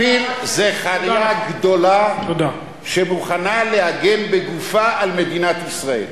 פיל זה חיה גדולה שמוכנה להגן בגופה על מדינת ישראל,